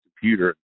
computer